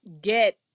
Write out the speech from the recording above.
get